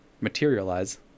materialize